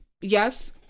yes